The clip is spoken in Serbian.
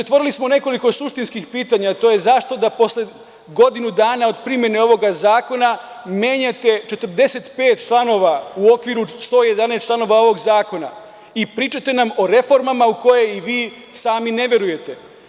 Otvorili smo nekoliko suštinskih pitanja, a to je – zašto godinu dana od primene ovog zakona menjate 45 članova u okviru 111 članova ovog zakona i pričate nam o reformama u koje ni vi sami ne verujete.